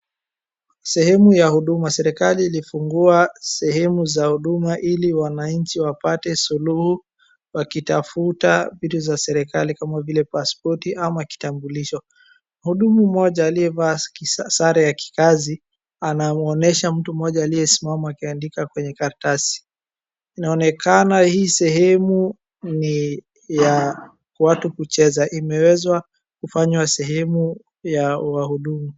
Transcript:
Sehemu ya Huduma. Serekali ilifungua sehemu za Huduma ili wananchi wapate suluhu wakitafta vitu za serikali kama vile paspoti ama kitambulisho. Mhudumu mmoja aliyevaa sare za kikazi, anamwonyesha mtu mmoja aliyesimama akiandika kwenye karatasi. Inaonekana hii sehemu ni ya watu kucheza, imewezwa kufanywa sehemu ya wahudumu.